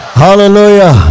Hallelujah